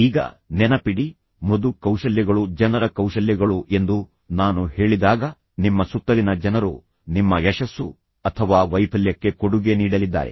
ಈಗ ನೆನಪಿಡಿ ಮೃದು ಕೌಶಲ್ಯಗಳು ಜನರ ಕೌಶಲ್ಯಗಳು ಎಂದು ನಾನು ಹೇಳಿದಾಗ ನಿಮ್ಮ ಸುತ್ತಲಿನ ಜನರು ನಿಮ್ಮ ಯಶಸ್ಸು ಅಥವಾ ವೈಫಲ್ಯಕ್ಕೆ ಕೊಡುಗೆ ನೀಡಲಿದ್ದಾರೆ